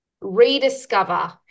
rediscover